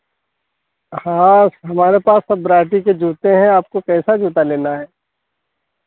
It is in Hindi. हाँ हमारे पास सब वरायटी के जूते हैं आपको कैसा जूता लेना है